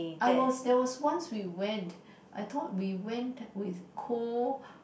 I was there was once we went I thought we went with cold